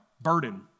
burden